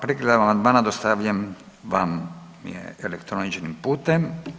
Pregled amandmana dostavljen vam je elektroničnim putem.